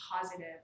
positive